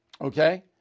Okay